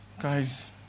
Guys